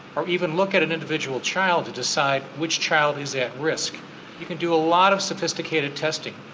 or even look at an individual child to decide which child is at risk. you can do a lot of sophisticated testing,